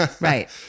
Right